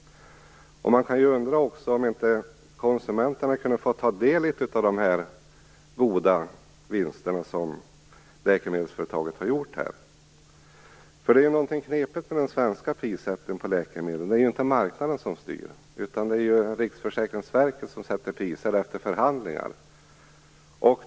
Man kan ju undra om inte också konsumenterna kunde få ta del av de goda vinster som läkemedelsföretaget har gjort. Det är något knepigt med den svenska prissättningen på läkemedel. Det är ju inte marknaden som styr. Det är ju Riksförsäkringsverket som sätter priser efter förhandlingar.